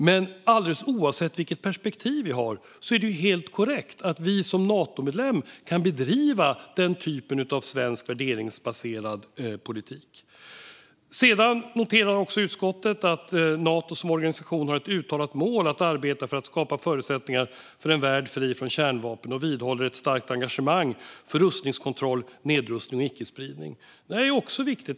Men alldeles oavsett vilket perspektiv vi har är det helt korrekt att Sverige som Natomedlem kan bedriva den typen av svensk värderingsbaserad politik. Sedan noterar också utskottet att Nato som organisation har ett uttalat mål att arbeta för att skapa förutsättningar för en värld fri från kärnvapen och vidhåller ett starkt engagemang för rustningskontroll, nedrustning och icke-spridning. Det är också viktigt.